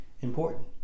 important